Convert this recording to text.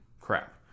crap